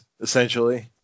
essentially